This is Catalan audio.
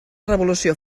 revolució